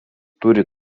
turi